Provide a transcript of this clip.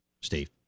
Steve